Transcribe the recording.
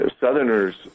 Southerners